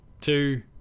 two